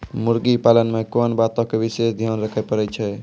मुर्गी पालन मे कोंन बातो के विशेष ध्यान रखे पड़ै छै?